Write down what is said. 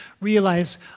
realize